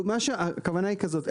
הכוונה היא כזאת,